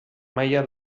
maila